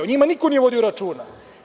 O njima niko nije vodio računa.